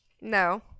No